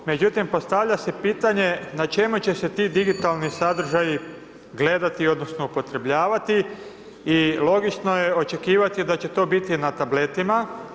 Međutim, postavlja se pitanje na čemu će se ti digitalni sadržaji gledati, odnosno upotrebljavati i logično je očekivati da će to biti na tabletima.